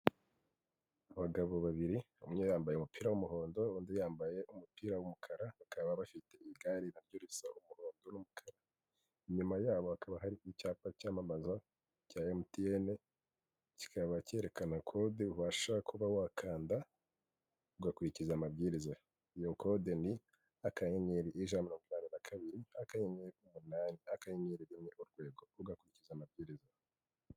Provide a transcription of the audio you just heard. Abagabo babiri bamwe bambaye umupira w'umuhondondi yambaye umupira w'umukara bakaba bafite igare naryo risaroruka inyuma yabo hakaba hari icyapa cyamamaza cyaMTN ,kikaba cyerekana kode ubasha kuba wakanda ugakurikiza amabwiriza. Iyo kode ni akanyeri ijana mirongo inani na kabiri, akanyenriye umunani urwego, ugakurikiza amabwiriza.